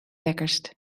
lekkerst